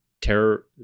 terror